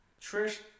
Trish